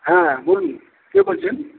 হ্যাঁ বলুন কে বলছেন